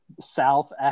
south